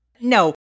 No